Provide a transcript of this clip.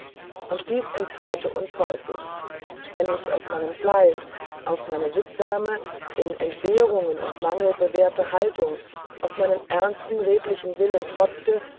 und dieß entzweite uns häufig wenn ich auf meinen fleiß auf meine sittsame in entbehrungen und mangel bewährte haltung auf meinen ernsten redlichen willen trotzte